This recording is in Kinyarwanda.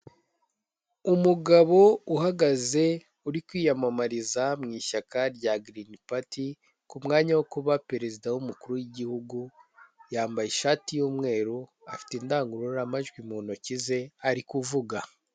Umugabo uhagaze, uri kwiyamamariza mu ishyaka rya girini pati, ku mwanya wo kuba perezida w'umukuru w'igihugu, yambaye ishati y'umweru, afite indangururamajwi mu ntoki ze, ari kuvuga.